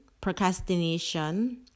procrastination